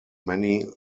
many